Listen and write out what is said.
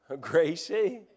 Gracie